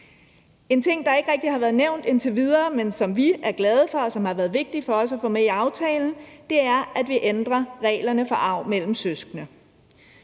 En ting, der ikke rigtig har været nævnt indtil videre, men som vi er glade for, og som har været vigtig for os at få med i aftalen, er, at vi ændrer reglerne for arv mellem søskende.